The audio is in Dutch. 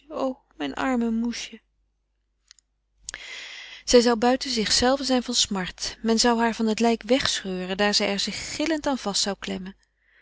o mijn arm moesje zij zou buiten zichzelve zijn van smart men zou haar van het lijk wegscheuren daar zij er zich gillend aan vast zou klemmen